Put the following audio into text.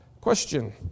question